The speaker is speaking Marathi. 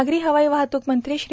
नागरी हवाई वाहतूक मंत्री श्री